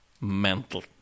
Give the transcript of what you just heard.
mental